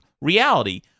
reality